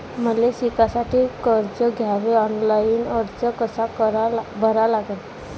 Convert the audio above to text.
मले शिकासाठी कर्ज घ्याले ऑनलाईन अर्ज कसा भरा लागन?